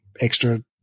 extra